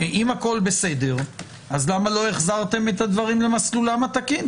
אם הכול בסדר אז למה לא החזרתם את הדברים למסלולם התקין?